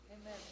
Amen